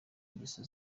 ingeso